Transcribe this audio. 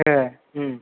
ए